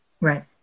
Right